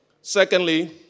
Secondly